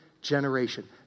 generation